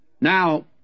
Now